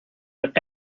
but